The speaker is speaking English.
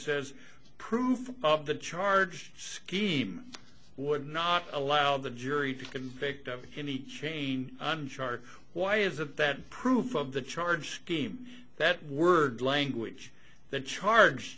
says proof of the charge scheme would not allow the jury to convict of any chain on charge why isn't that proof of the charge scheme that word language the charge